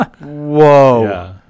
Whoa